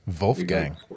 Wolfgang